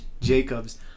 Jacobs